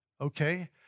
Okay